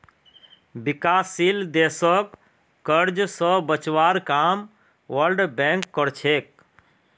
विकासशील देशक कर्ज स बचवार काम वर्ल्ड बैंक कर छेक